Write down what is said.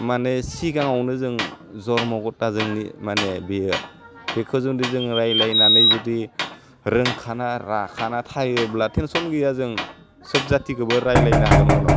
माने सिगाङावनो जों जन्म' गथा जोंनि माने बियो बिखो जुदि जों रायलाइनानै जुदि रोंखाना राखाना थायोब्ला टेनसन गैया जों सोब जातिखौबो रायलाइनो हागोन उनाव